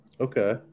Okay